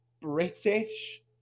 British